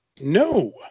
No